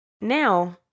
Now